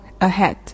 ahead